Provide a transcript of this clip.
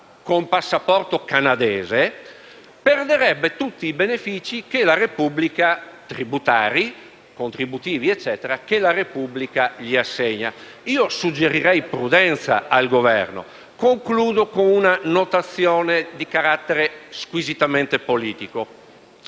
con passaporto canadese - perderebbe tutti i benefici tributari, contributivi, che la Repubblica gli assegna. Io suggerirei prudenza al Governo. Concludo con una notazione di carattere squisitamente politico.